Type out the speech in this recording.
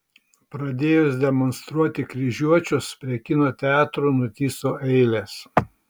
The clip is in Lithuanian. pradėjus demonstruoti kryžiuočius prie kino teatrų nutįso eilės